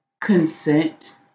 consent